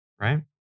right